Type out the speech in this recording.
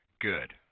good